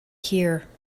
here